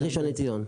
מראשון לציון.